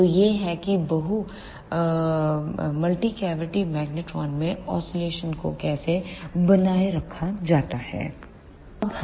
तो यह है कि मल्टी कैविटी मैग्नेट्रोन में ओसीलेशन oscillations को कैसे बनाए रखा जाता है